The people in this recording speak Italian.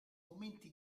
momenti